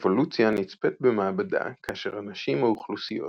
אבולוציה נצפית במעבדה כאשר אנשים או אוכלוסיות